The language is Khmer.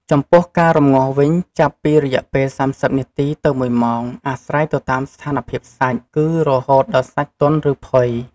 ចំពោះការរំងាស់វិញ ចាប់ពីរយៈពេល៣០នាទី ទៅ ១ម៉ោងអាស្រ័យទៅតាមស្ថានភាពសាច់ គឺរហូតដល់សាច់ទន់ឬផុយ។